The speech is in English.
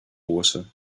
water